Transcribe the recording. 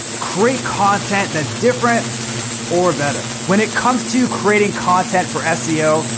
create content that's different or better. when it comes to creating content for seo,